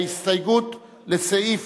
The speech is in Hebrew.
ההסתייגות של קבוצת סיעת